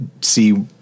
see